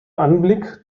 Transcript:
anblick